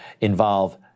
involve